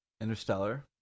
Interstellar